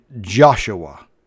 Joshua